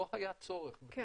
לא היה צורך בפתרונות אחרים.